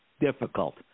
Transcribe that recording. Difficult